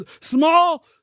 small